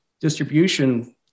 distribution